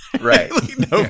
right